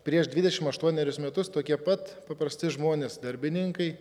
prieš dvidešim aštuonerius metus tokie pat paprasti žmonės darbininkai